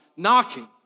knocking